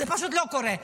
זה פשוט לא קורה.